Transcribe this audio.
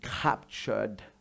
captured